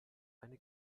eine